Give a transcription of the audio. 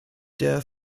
der